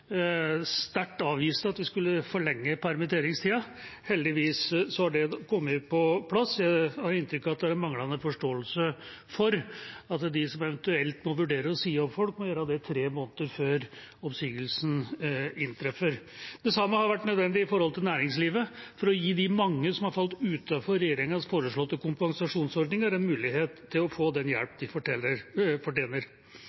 sterkt avvise at vi skulle forlenge permitteringstida. Heldigvis har det kommet på plass. Jeg har inntrykk av at det er manglende forståelse for at de som eventuelt må vurdere å si opp folk, må gjøre det tre måneder før oppsigelsen inntreffer. Det samme har vært nødvendig overfor næringslivet for å gi de mange som har falt